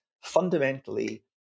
fundamentally